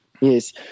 Yes